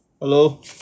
Hello